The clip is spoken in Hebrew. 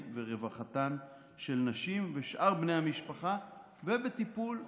ורווחתן של נשים ושאר בני המשפחה ובטיפול בעבריינים.